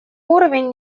уровень